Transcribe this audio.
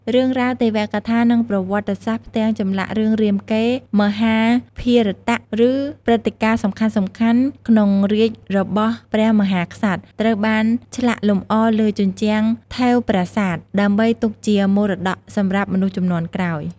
រឿងរ៉ាវទេវកថា និងប្រវត្តិសាស្ត្រ ផ្ទាំងចម្លាក់រឿងរាមកេរ្តិ៍ មហាភារតៈ ឬព្រឹត្តិការណ៍សំខាន់ៗក្នុងរាជ្យរបស់ព្រះមហាក្សត្រ ត្រូវបានឆ្លាក់លម្អលើជញ្ជាំងថែវប្រាសាទ ដើម្បីទុកជាមរតកសម្រាប់មនុស្សជំនាន់ក្រោយ។